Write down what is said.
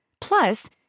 Plus